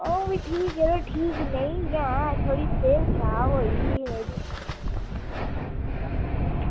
अंऊ ठीक ऐं ठीक निं बी ऐं थोह्ड़ी सेह्त खराब होई दी ऐ